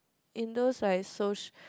in those like soc~